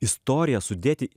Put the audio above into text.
istoriją sudėti